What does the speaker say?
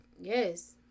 Yes